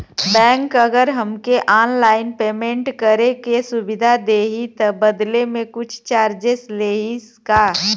Bank अगर हमके online payment करे के सुविधा देही त बदले में कुछ चार्जेस लेही का?